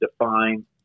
define